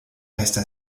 resta